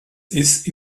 ist